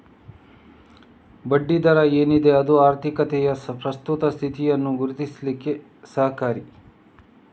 ಬಡ್ಡಿ ದರ ಏನಿದೆ ಅದು ಆರ್ಥಿಕತೆಯ ಪ್ರಸ್ತುತ ಸ್ಥಿತಿಯನ್ನ ಗುರುತಿಸ್ಲಿಕ್ಕೆ ಸಹಕಾರಿ